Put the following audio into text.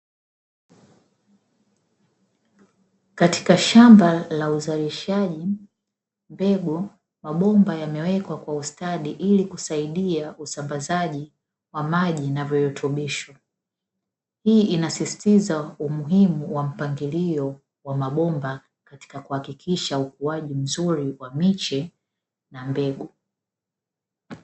Katika shamba la uzalishaji mbegu, mabomba yamewekwa kwa ustadi, ili kusaidia usambazaji wa maji na virutubisho, hii inasisitiza umuhimu wa mpangilio wa mabomba, katika kuhakikisha ukuaji mzuri wa miche na mbegu.